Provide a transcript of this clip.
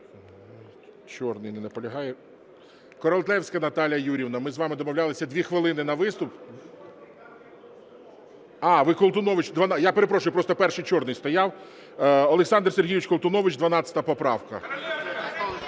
Чорний. Не наполягає. Королевська Наталія Юріївна, ми з вами домовлялися, 2 хвилини на виступ. А, ви Колтуновичу, я перепрошую, просто перший Чорний стояв. Олександр Сергійович Колтунович, 12 поправка.